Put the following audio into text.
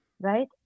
Right